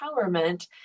empowerment